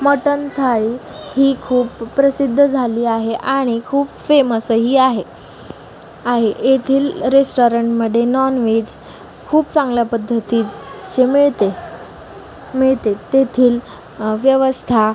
मटण थाळी ही खूप प्रसिद्ध झाली आहे आणि खूप फेमसही आहे आहे येथील रेस्टॉरणमडे नॉन वेज खूप चांगल्या पद्धती चे मिळते मिळते तेथील व्यवस्था